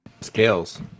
Scales